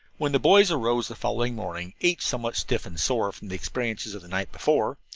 when the boys arose the following morning, each somewhat stiff and sore from the experiences of the night before,